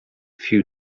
few